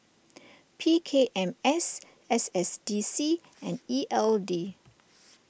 P K M S S S D C and E L D